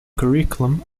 curriculum